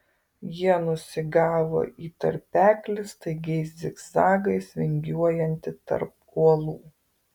jie nusigavo į tarpeklį staigiais zigzagais vingiuojantį tarp uolų